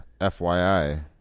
FYI